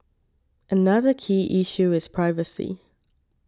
another key issue is privacy